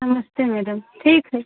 नमस्ते मैडम ठीक है